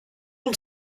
old